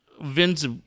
Vince